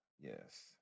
yes